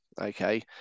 okay